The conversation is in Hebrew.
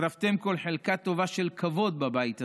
שרפתם כל חלקה טובה של כבוד בבית הזה.